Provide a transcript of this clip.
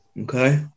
Okay